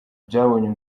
byabonye